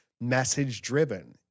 message-driven